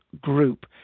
group